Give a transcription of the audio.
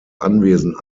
anwesen